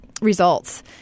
results